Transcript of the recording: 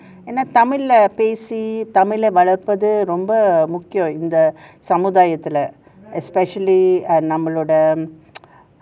தமிழ்ள பேசி தமிழ வளர்ப்பது ரொம்ப முக்கியம் இந்த சமுதாயத்துல:thamilla pesi thamila valarppathu romba mukkiyam intha samuthayathula especially err நம்மளோட:nammaloda